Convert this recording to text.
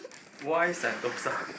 why sentosa